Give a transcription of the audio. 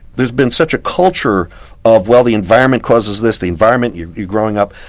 there's been such a culture of well the environment causes this, the environment you're you're growing up